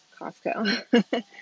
Costco